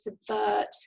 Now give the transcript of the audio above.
subvert